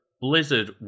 Blizzard